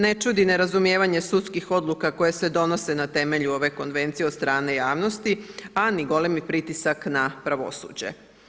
Ne čudi nerazumijevanje sudskih odluka koje se donose na temelju ove konvencije od strane javnosti, a ni golemi pritisak na pravosuđe.